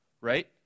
right